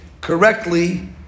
correctly